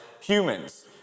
humans